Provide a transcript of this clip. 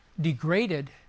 degraded